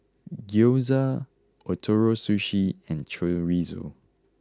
Gyoza Ootoro Sushi and Chorizo